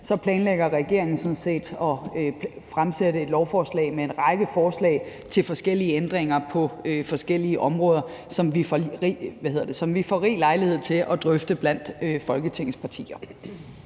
planlægger regeringen sådan set at fremsætte et lovforslag med en række forslag til forskellige ændringer på forskellige områder, som vi får rig lejlighed til at drøfte blandt Folketingets partier.